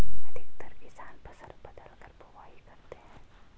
अधिकतर किसान फसल बदलकर बुवाई करते है